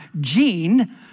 gene